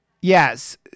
yes